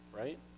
right